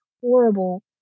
horrible